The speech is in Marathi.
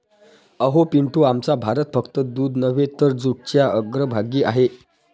अहो पिंटू, आमचा भारत फक्त दूध नव्हे तर जूटच्या अग्रभागी आहे